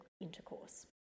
intercourse